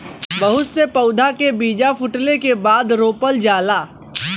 बहुत से पउधा के बीजा फूटले के बादे रोपल जाला